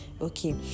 Okay